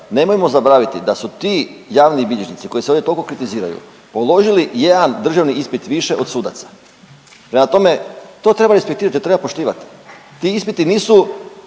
Nemojmo zaboraviti da su ti javni bilježnici koji se ovdje toliko kritiziraju položili jedan državni ispit više od sudaca. Prema tome, to treba ispitivati, to treba poštivati. Ti ispiti nisu